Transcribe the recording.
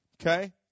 Okay